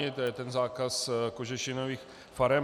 To je ten zákaz kožešinových farem.